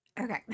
okay